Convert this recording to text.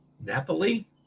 Napoli